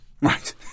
Right